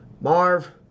Marv